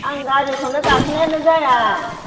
आं गारिखौनो गाखोनायानो जाया